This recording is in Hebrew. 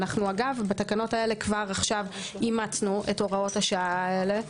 ובתקנות האלה כבר עכשיו אימצנו את הוראות השעה האלה,